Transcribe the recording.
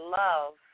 love